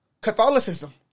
Catholicism